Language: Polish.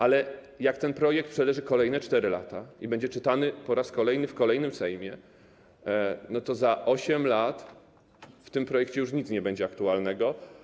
Ale jak ten projekt przeleży kolejne 4 lata i będzie czytany po raz kolejny w kolejnym Sejmie, to za 8 lat w tym projekcie nie będzie już nic aktualnego.